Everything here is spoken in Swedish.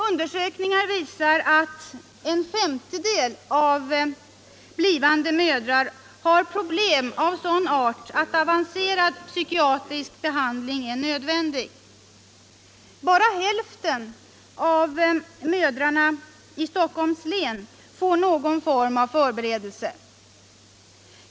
Undersökningar visar att en femtedel av blivande mödrar har problem av sådan art att avancerad psykiatrisk behandling är nödvändig. Bara hälften av mödrarna i Stockholms län får någon form av förberedelse.